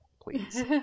please